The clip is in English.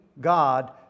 God